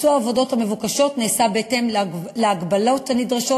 ביצוע העבודות המבוקשות נעשה בהתאם להגבלות הנדרשות